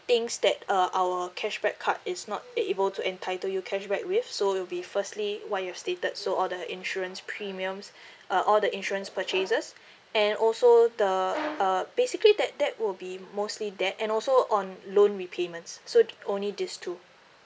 things that uh our cashback card is not able to entitle you cashback with so it'll be firstly what you've stated so all the insurance premiums uh all the insurance purchases and also the uh basically that that will be mostly that and also on loan repayments so only these two